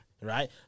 right